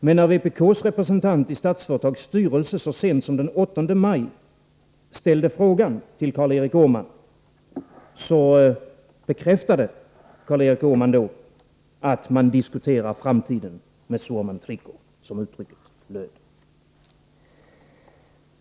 Men när vpk:s representant i Statsföretags styrelse så sent som den 8 maj ställde frågan till Karl Erik Åman bekräftade han att man diskuterar framtiden med Suomen Trikoo, som uttrycket löd.